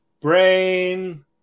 Brain